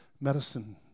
medicine